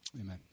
Amen